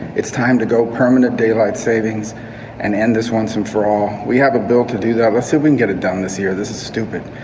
it's time to go. permanent daylight savings and end this once and for all. we haven't built to do that so and get it done this year. this is stupid.